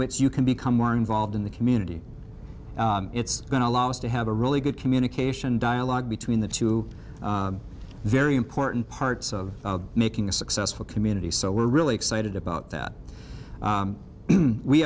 which you can become more involved in the community it's going to allow us to have a really good communication dialogue between the two very important parts of making a successful community so we're really excited about that